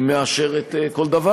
היא מאשרת כל דבר,